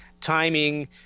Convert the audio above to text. Timing